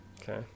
Okay